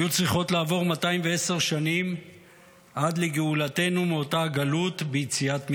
היו צריכות לעבור 210 שנים עד לגאולתנו מאותה גלות ביציאת מצרים.